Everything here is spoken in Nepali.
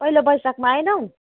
पहिलो वैशाखमा आएनौ